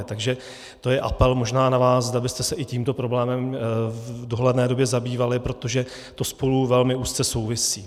Takže to je apel možná na vás, zda byste se i tímto problémem v dohledné době zabývali, protože to spolu velmi úzce souvisí.